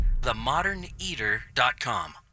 themoderneater.com